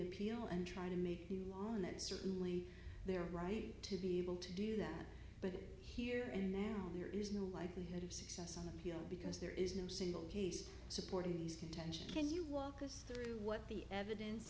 appeal and trying to make new law and that certainly their right to be able to do that but here and now there is no likelihood of success on appeal because there is no single case supporting these contention can you walk us through what the evidence